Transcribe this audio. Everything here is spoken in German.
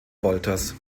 wolters